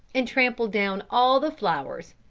and trampled down all the flowers,